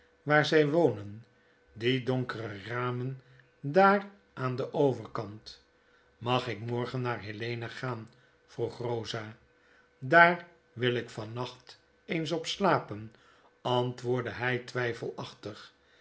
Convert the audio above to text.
waar zy wonenl die donkere ramen daar aan den overkant mag ik morgen naar helena gaan vroeg rosa daar wil ik van nacht eens op slapen antwoordde hy twyfelachtig